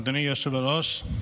אדוני היושב-ראש,